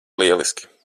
lieliski